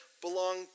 belong